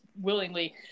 willingly